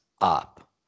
up